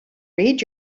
read